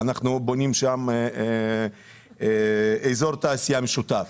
אנחנו בונים שם אזור תעשייה משותף.